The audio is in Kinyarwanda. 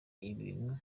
ibintu